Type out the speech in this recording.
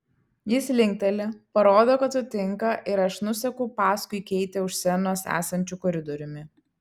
jis linkteli parodo kad sutinka ir aš nuseku paskui keitę už scenos esančiu koridoriumi